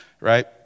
Right